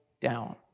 down